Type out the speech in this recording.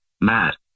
Matt